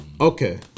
Okay